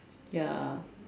ya